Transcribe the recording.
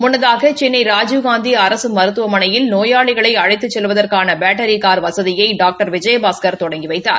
முன்னதாக் சென்னை ராஜீவ்காந்தி அரசு மருத்துவமனையில் நோயாளிகளை அழைத்துச் செல்வதற்ளன பேட்டரிகார் வசதியை டாக்டர் விஜயபாஸ்கர் தொடங்கி வைத்தார்